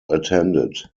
attended